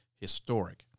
historic